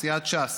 סיעת ש"ס,